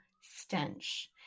stench